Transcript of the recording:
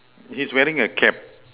he's wearing a cap